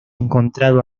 encontrado